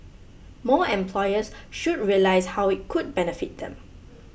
more employers should realise how it could benefit them